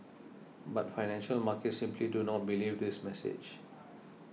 but financial markets simply do not believe this message